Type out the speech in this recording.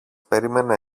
περίμενα